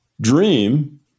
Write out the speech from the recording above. dream